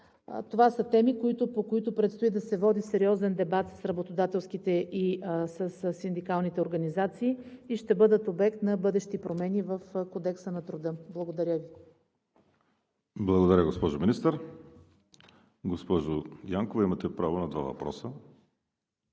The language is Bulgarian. Това са теми, по които предстои да се води сериозен дебат с работодателските и със синдикалните организации и ще бъдат обект на бъдещи промени в Кодекса на труда. Благодаря Ви. ПРЕДСЕДАТЕЛ ВАЛЕРИ СИМЕОНОВ: Благодаря, госпожо Министър. Госпожо Янкова, имате право на два въпроса.